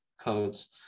codes